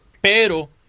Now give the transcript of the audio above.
pero